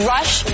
Rush